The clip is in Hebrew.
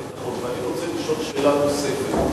הביטחון ואני רוצה לשאול שאלה נוספת,